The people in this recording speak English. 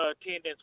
attendance